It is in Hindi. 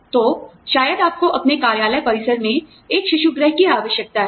तो शायद आपको अपने कार्यालय परिसर में एक शिशु गृह की आवश्यकता है